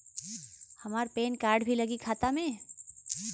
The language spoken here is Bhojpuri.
हमार पेन कार्ड भी लगी खाता में?